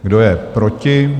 Kdo je proti?